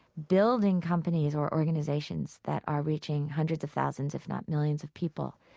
building companies or organizations that are reaching hundreds of thousands, if not millions of people,